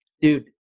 dude